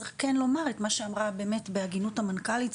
צריך כן לומר את מה שאמרה באמת בהגינות המנכ"לית,